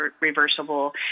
reversible